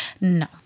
No